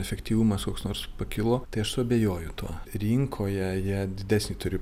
efektyvumas koks nors pakilo tai aš suabejoju tuo rinkoje jie didesnį turi